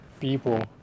people